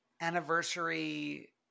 Anniversary